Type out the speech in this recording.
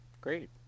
Great